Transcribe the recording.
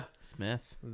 Smith